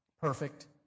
perfect